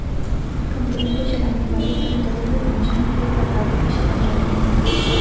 company को चलाने वाले कई तरह के पूँजी के प्रकारों की समझ रखते हैं